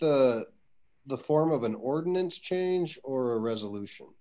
the the form of an ordinance change or a resolution